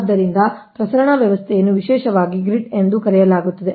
ಆದ್ದರಿಂದ ಪ್ರಸರಣ ವ್ಯವಸ್ಥೆಯನ್ನು ವಿಶೇಷವಾಗಿ ಗ್ರಿಡ್ ಎಂದು ಕರೆಯಲಾಗುತ್ತದೆ